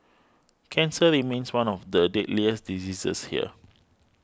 cancer remains one of the deadliest diseases here